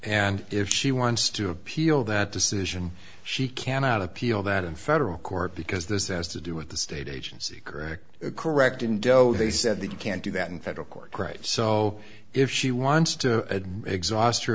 and if she wants to appeal that decision she cannot appeal that in federal court because this has to do with the state agency correct correct indo they said that you can't do that in federal court right so if she wants to exhaust